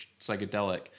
psychedelic